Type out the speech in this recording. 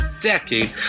decade